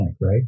right